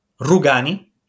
Rugani